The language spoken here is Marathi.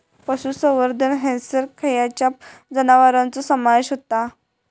पशुसंवर्धन हैसर खैयच्या जनावरांचो समावेश व्हता?